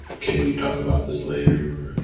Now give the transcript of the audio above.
can we talk about this later, or